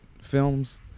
films